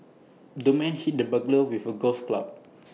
the man hit the burglar with A golf club